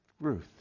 Ruth